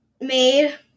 made